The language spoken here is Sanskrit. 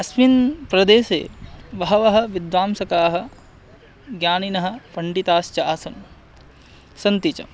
अस्मिन् प्रदेशे बहवः विद्वांसकाः ज्ञानिनः पण्डिताश्च आसन् सन्ति च